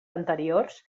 anteriors